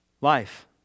Life